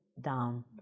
down